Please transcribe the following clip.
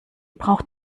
braucht